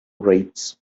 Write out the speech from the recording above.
rates